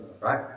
Right